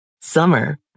Summer